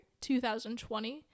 2020